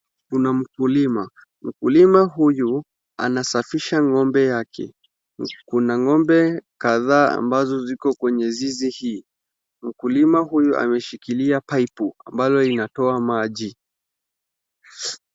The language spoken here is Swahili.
Kuna mkulima, mkulima huyu anasafisha ng'ombe yake. Kuna ng'ombe kadhaa ambazo ziko kwenye zizi hii. Mkulima huyu ameshikilia paipu ambalo linatoa maji.